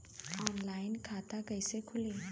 Online खाता कइसे खुली?